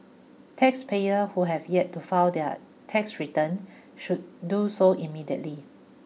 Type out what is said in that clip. taxpayers who have yet to file their tax return should do so immediately